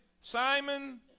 Simon